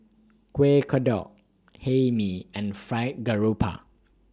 Kueh Kodok Hae Mee and Fried Garoupa